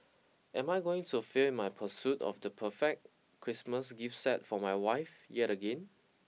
am I going to fail my pursuit of the perfect Christmas gift set for my wife yet again